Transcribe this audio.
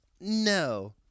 no